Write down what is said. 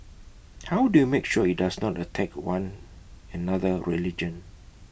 how do you make sure IT does not attack one another religion